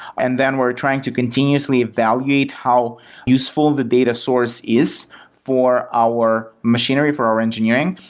and then we're trying to continuously evaluate how useful the data source is for our machinery, for our engineering,